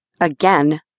again